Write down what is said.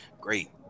Great